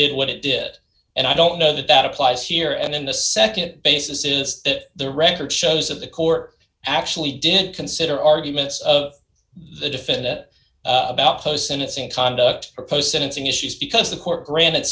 did what it did and i don't know that that applies here and in the nd it basis is that the record shows of the court actually didn't consider arguments of the definit about post sentencing conduct proposed sentencing issues because the court granted